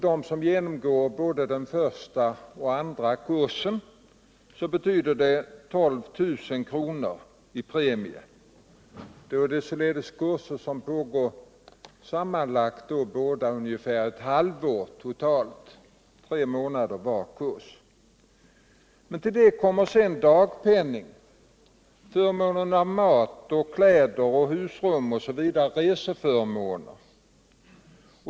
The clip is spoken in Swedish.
De som genomgår både den första och den andra kursen får 12 000 kr. i premier. Det är således fråga om kurser som pågår under vardera ca tre månader, sammanlagt ungefär ett halvår. Men till den nämnda summan kommer sedan dagpenning och förmånen av mat, kläder, husrum, resor OSV.